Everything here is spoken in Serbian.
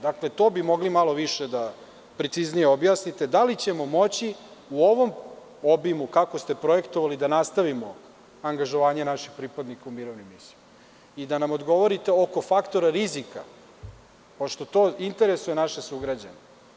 Dakle, to bi mogli malo više da preciznije objasnite da li ćemo moći u ovom obimu, kako ste projektovali, da nastavimo angažovanje naših pripadnika u mirovnim misijama i da nam odgovorite oko faktora rizika, pošto to interesuje naše sugrađane?